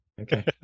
Okay